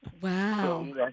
Wow